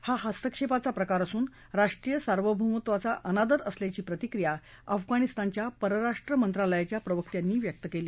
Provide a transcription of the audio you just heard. हा हस्तक्षेपाचा प्रकार असून राष्ट्रीय सार्वभौमत्वाचा अनादर असल्याची प्रतिक्रिया अफगाणिस्तानच्या परराष्ट्र मंत्रालयाच्या प्रवक्त्यांनी व्यक्त केली